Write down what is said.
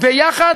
ביחד